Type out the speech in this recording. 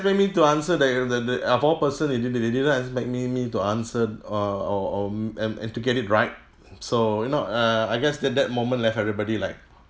expect me to answer that the the of all person they didn't they didn't expect me me to answer uh or or and and to get it right so you know uh I guess that that moment left everybody like